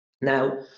Now